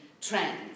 trends